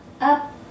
up